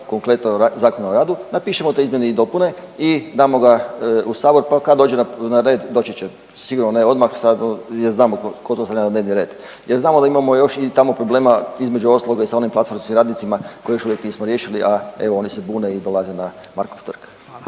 konkretno, ZOR, napišemo te izmjene i dopune i damo ga u Sabor, pa kad dođe na red, doći će. Sigurno ne odmah, sad jer znamo tko to stavlja na dnevni red, jer znamo da imamo još i tamo problema, između ostaloga i sa onim platformskim radnicima koje još uvijek nismo riješili, a evo oni se bune i dolaze na Markov trgovačke.